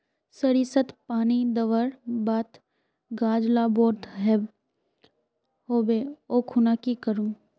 सरिसत पानी दवर बात गाज ला बोट है होबे ओ खुना की करूम?